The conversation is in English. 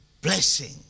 blessing